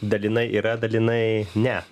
dalinai yra dalinai ne